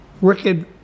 wicked